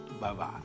Bye-bye